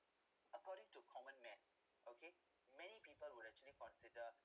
according to common man okay many people would actually consider